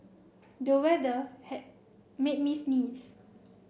the weather made me sneeze